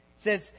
says